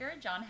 John